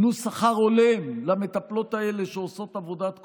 תנו שכר הולם למטפלות האלה שעושות עבודת קודש.